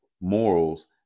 morals